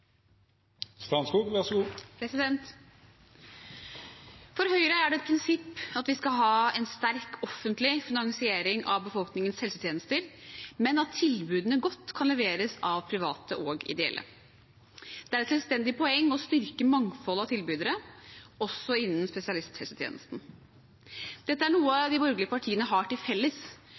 det et prinsipp at vi skal ha en sterk offentlig finansiering av befolkningens helsetjenester, men at tilbudene godt kan leveres av private og ideelle. Det er et selvstendig poeng å styrke mangfoldet av tilbydere – også innen spesialisthelsetjenesten. Dette er noe de borgerlige partiene har til felles,